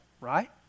right